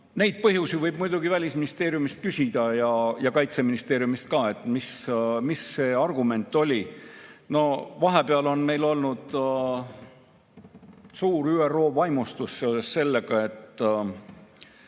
Nende põhjuste kohta võib muidugi Välisministeeriumist küsida ja Kaitseministeeriumist ka, et mis see argument oli.No vahepeal on meil olnud suur ÜRO-vaimustus seoses sellega, et